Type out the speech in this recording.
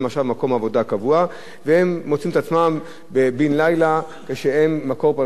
והם מוצאים את עצמם בן-לילה כשמקור פרנסתם הופסק,